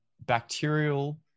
bacterial